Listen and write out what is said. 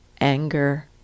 anger